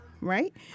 Right